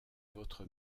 votre